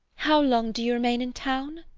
how long do you remain in town?